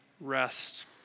rest